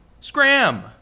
Scram